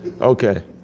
Okay